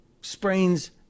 Sprains